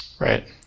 right